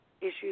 issues